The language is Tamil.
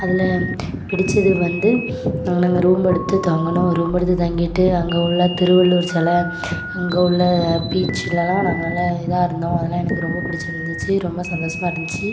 அதில் பிடித்தது வந்து அங்கே நாங்கள் ரூம் எடுத்து தங்கினோம் ரூம் எடுத்து தங்கிவிட்டு அங்கே உள்ள திருவள்ளுவர் செலை அங்கே உள்ள பீச்சிலெலாம் நாங்கள் நல்லா இதாக இருந்தோம் அதெலாம் எனக்கு ரொம்ப பிடிச்சிருந்துச்சி ரொம்ப சந்தோஸமாக இருந்துச்சு